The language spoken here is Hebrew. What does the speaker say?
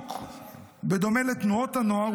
בדיוק בדומה לתנועות הנוער,